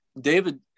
David